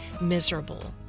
miserable